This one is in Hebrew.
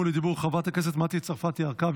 לדיבור: חברת הכנסת מטי צרפתי הרכבי,